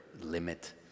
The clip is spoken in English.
limit